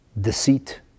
deceit